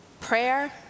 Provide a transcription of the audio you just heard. Prayer